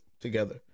together